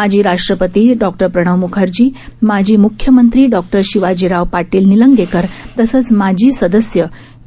माजी राष्ट्रपती डॉ प्रणव म्खर्जी माजी म्ख्यमंत्री डॉ शिवाजीराव पाटील निलंगेकर तसंच माजी सदस्य